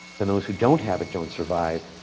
and those who don't have it, don't survive